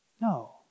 No